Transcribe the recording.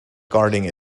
guarding